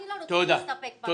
אני לא רוצה להסתפק --- תודה,